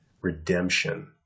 redemption